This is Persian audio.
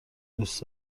دوست